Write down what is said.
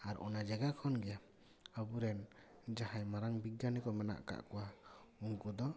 ᱟᱨ ᱚᱱᱟ ᱡᱟᱭᱜᱟ ᱠᱷᱚᱱ ᱜᱮ ᱟᱵᱚᱨᱮᱱ ᱡᱟᱦᱟᱸᱭ ᱢᱟᱝ ᱵᱤᱜᱽᱜᱟᱱᱤ ᱠᱚ ᱢᱮᱱᱟᱜ ᱟᱠᱟᱫ ᱠᱚᱣᱟ ᱩᱱᱠᱩ ᱫᱚ